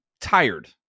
tired